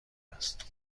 است